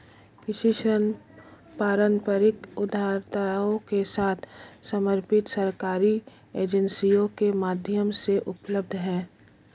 कृषि ऋण पारंपरिक उधारदाताओं के साथ समर्पित सरकारी एजेंसियों के माध्यम से उपलब्ध हैं